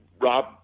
Rob